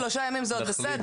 שלושה ימים זה עוד בסדר.